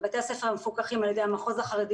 בבתי הספר המפוקחים על ידי המחוז החרדי